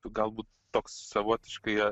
galbūt toks savotiškai